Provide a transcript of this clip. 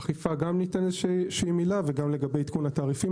אדבר על האכיפה וגם לגבי עדכון התעריפים,